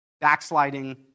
backsliding